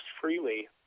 freely